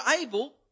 able